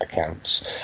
accounts